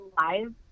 live